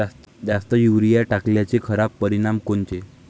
जास्त युरीया टाकल्याचे खराब परिनाम कोनचे?